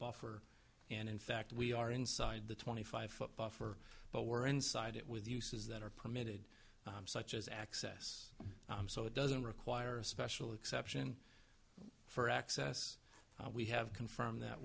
buffer and in fact we are inside the twenty five foot buffer but we're inside it with uses that are permitted such as access so it doesn't require a special exception for access we have confirmed that